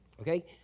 Okay